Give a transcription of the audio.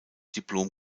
diplom